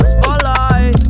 Spotlight